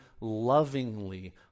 lovingly